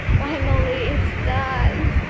finally it's done.